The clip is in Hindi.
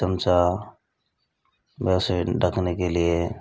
चमचा वैसे ढकने के लिए